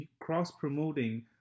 cross-promoting